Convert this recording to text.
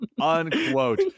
Unquote